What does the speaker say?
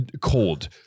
cold